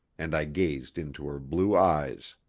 and i gazed into her blue eyes.